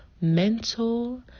mental